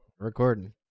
Recording